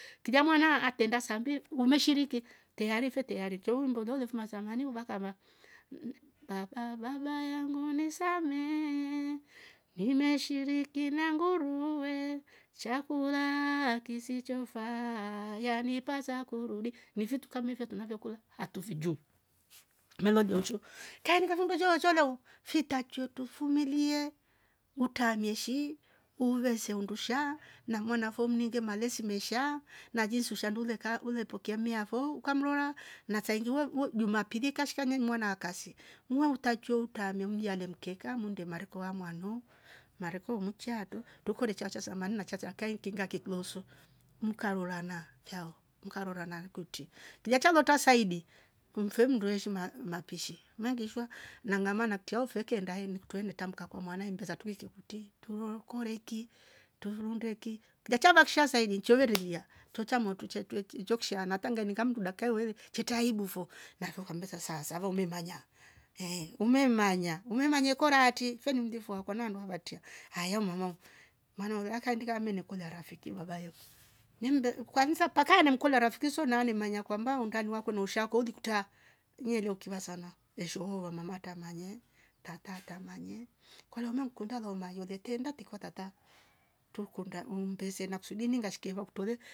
Kija mwana akenda sambe umeshiriki tearife teare chou mbololo fuma samani uvakama mhh "ahh baba baba yangu nisamehe nimeshiriki na ngaruwe chakulaa kisicho faa yanipasa kurudi" ni vitu kama hivo tunavokula hatuvijui. melo liosho kaenenga vundo sho usholowo fitachurtu tufumilie utameshi umwese undusha na mwana fo mninge malezi mesha na jinsi ushandule ka ule mpokemia fo ukamrora na saingi wo wo jumapili kashkanje mwana akase wuu utachio utamimliande mkeka nunde mmarekuama ndu mareku hunucha tu. tukure chacha samani na chacha kain mkevia ge looso. mkarora na kiao mkarora na nguuti kijachalota saidi kumfemndueshima ma mapishi. nagishwa nangma natia homfekenda ndaeni nikutumia tamka kwa mwana he mpeza tuiko kuti. tungoro koleki tuvundwe ki ngachave ksha saili inchove lelia turchamo tuche tueiki njoksha natanga nikamduda kaiwewe chita aibu fo nahoko kombe sasa savomemanya ehh. umemanya umemanye kora hati fenumlivo akwa nwa nuati ya mamavo manwa lwa kandika mene kula rafiki baba elfu ni mnde kwanza pakaya na mkula ramfikizo nane manya kwamba undanua konousha koli kuta mielo kiva sana eshoo wamamata manye katata manye kolo mua nkunda lwomahi huletenda tetoko tata tukunda umbese nakskujuninga ashike hoktole